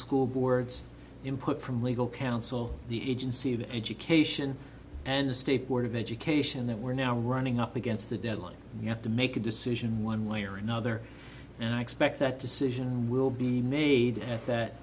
school boards input from lead the agency of education and the state board of education that we're now running up against the deadline you have to make a decision one way or another and i expect that decision will be made at that